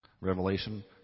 Revelation